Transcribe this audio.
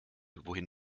wohin